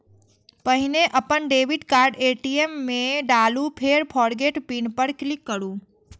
पहिने अपन debit card ATM मे डालू, फेर फोरगेट पिन पर क्लिक करू